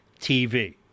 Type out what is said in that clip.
TV